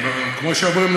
כמו שאומרים,